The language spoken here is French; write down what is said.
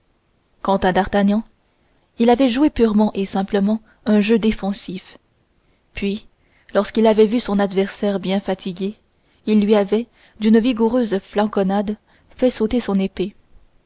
quant à d'artagnan il avait joué purement et simplement un jeu défensif puis lorsqu'il avait vu son adversaire bien fatigué il lui avait d'une vigoureuse flanconade fait sauter son épée